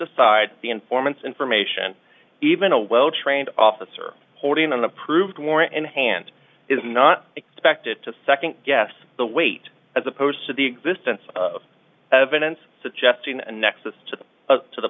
the informant's information even a well trained officer holding an approved warrant in hand is not expected to second guess the weight as opposed to the existence of evidence suggesting a nexus to the to the